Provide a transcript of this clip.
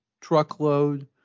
truckload